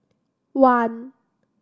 one